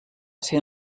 ser